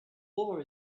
war